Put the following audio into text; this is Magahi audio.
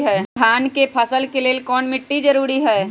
धान के फसल के लेल कौन मिट्टी जरूरी है?